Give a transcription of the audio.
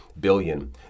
billion